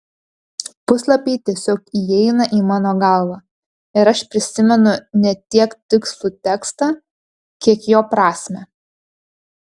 puslapiai tiesiog įeina į mano galvą ir aš prisimenu ne tiek tikslų tekstą kiek jo prasmę